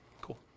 Cool